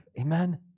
Amen